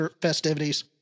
festivities